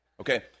okay